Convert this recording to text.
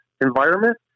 environment